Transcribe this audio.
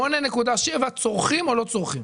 8.7% צורכים או לא צורכים?